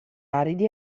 aridi